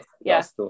yes